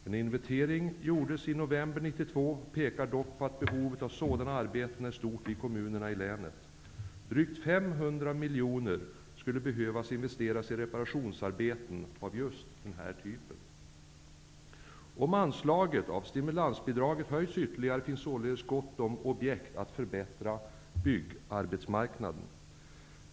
En inventering som gjordes i november 1992 pekar dock på att behovet av sådana arbeten är stort i kommunerna i länet. Drygt 500 miljoner skulle behöva investeras i reparationsarbeten av just den här typen. Om anslaget till stimulansbidraget höjs ytterligare finns det således gott om objekt att förbättra byggarbetsmarknaden.